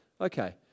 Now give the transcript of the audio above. Okay